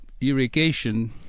irrigation